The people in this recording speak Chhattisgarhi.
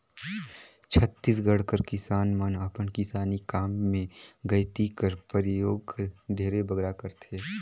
छत्तीसगढ़ कर किसान मन अपन किसानी काम मे गइती कर परियोग ढेरे बगरा करथे